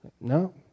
No